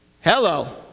Hello